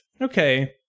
Okay